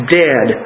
dead